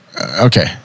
Okay